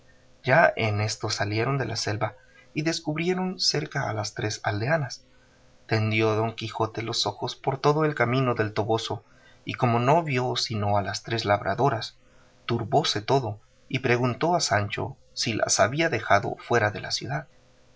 ya en esto salieron de la selva y descubrieron cerca a las tres aldeanas tendió don quijote los ojos por todo el camino del toboso y como no vio sino a las tres labradoras turbóse todo y preguntó a sancho si las había dejado fuera de la ciudad